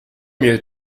mieux